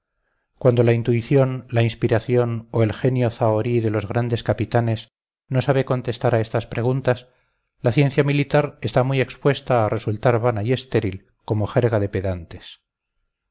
cuando la intuición la inspiración o el genio zahorí de los grandes capitanes no sabe contestar a estas preguntas la ciencia militar está muy expuesta a resultar vana y estéril como jerga de pedantes